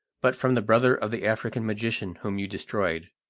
but from the brother of the african magician whom you destroyed.